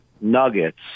Nuggets